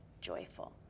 joyful